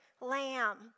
lamb